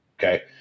okay